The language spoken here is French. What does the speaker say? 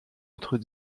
autre